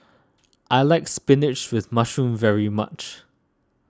I like Spinach with Mushroom very much